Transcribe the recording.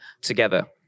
together